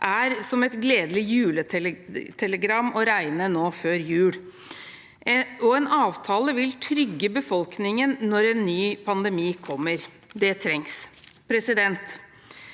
er som et gledelig juletelegram å regne nå før jul. En avtale vil trygge befolkningen når en ny pandemi kommer. Det trengs. Støtte